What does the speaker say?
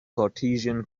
cartesian